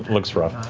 looks rough.